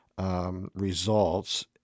results